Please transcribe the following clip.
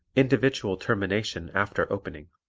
individual termination after opening